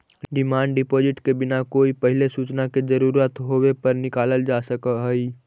demand deposit के बिना कोई पहिले सूचना के जरूरत होवे पर निकालल जा सकऽ हई